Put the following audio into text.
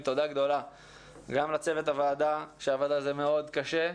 תודה גדולה גם לצוות הוועדה שעבד על זה מאוד קשה,